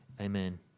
Amen